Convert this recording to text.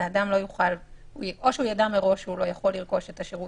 האדם או יידע מראש שהוא לא יכול לרכוש את השירות,